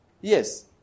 Yes